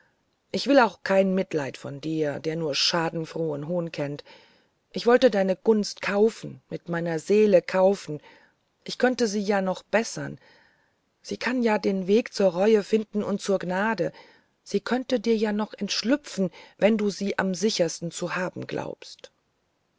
ich will auch kein mitleid von dir der nur schadenfrohen hohn kennt ich wollte deine gunst kaufen mit meiner seele kaufen sie könnte sich ja noch bessern sie kann ja den weg zur reue finden und zur gnade sie könnte dir ja noch entschlüpfen wenn du sie am sichersten zu haben glaubst